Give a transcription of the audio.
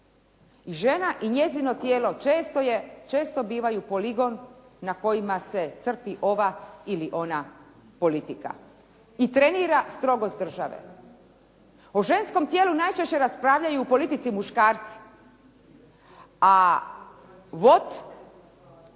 Žena i njezino tijelo često bivaju poligon na kojima se crpi ova ili ona politika i trenira strogost države. O ženskom tijelu najčešće raspravljaju u politici muškarci, a